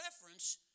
reference